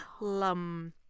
lum